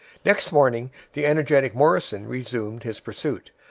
next morning the energetic morrison resumed his pursuit.